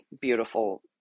beautiful